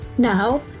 Now